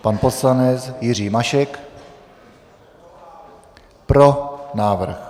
Pan poslanec Jiří Mašek: Pro návrh.